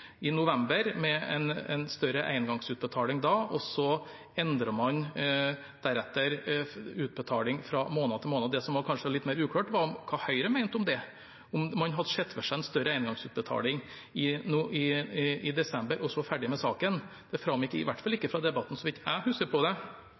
november, med en større engangsutbetaling da, og så endret man deretter til utbetaling måned for måned. Det som kanskje var litt mer uklart, var hva Høyre mente om det, om man hadde sett for seg en større engangsutbetaling i desember og så ferdig med saken. Det framgikk i hvert fall